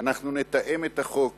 אנחנו נתאם את החוק